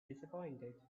disappointed